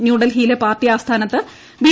ന്യൂഡൽഹിയിലെ പാർട്ടി ആസ്ഥാനത്ത് ബി